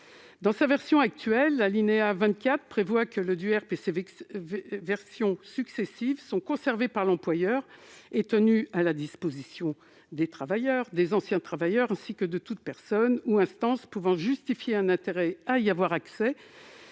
Dans sa version actuelle, l'alinéa 24 de l'article 2 prévoit que le DUERP et ses versions successives sont conservés par l'employeur et tenus à la disposition des travailleurs, des anciens travailleurs, ainsi que de toute personne ou instance pouvant justifier un intérêt à y avoir accès,